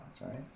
right